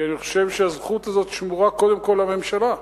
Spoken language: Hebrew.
כי אני חושב שהזכות הזאת שמורה קודם כול לממשלה,